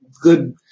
good